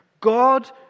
God